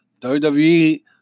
WWE